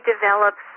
develops